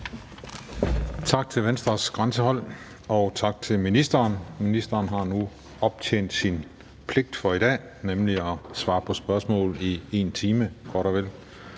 Tak til Venstres grænsehold, og tak til ministeren. Ministeren har nu aftjent sin pligt for i dag, nemlig ved at svare på spørgsmål i godt